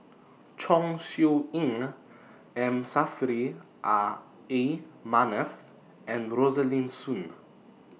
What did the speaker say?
Chong Siew Ying M Saffri A Manaf and Rosaline Soon